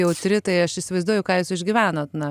jautri tai aš įsivaizduoju ką jūs išgyvenot na